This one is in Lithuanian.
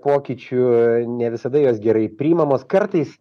pokyčių ne visada jos gerai priimamos kartais